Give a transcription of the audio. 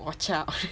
watch out